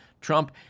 Trump